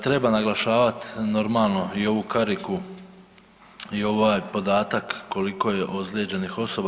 Treba naglašavat normalno i ovu kariku i ovaj podatak koliko je ozlijeđenih osoba.